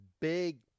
big